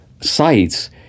sites